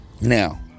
Now